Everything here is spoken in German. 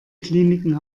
kliniken